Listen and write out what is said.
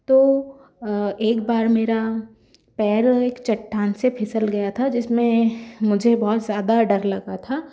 तो एक बार मेरा पैर एक चट्टान से फिसल गया था जिस में मुझे बहुत ज़्यादा डर लगा था